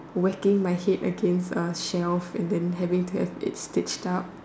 whacking my head against a shelve and then having to have it stitched up